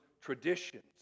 traditions